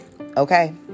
okay